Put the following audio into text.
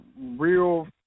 real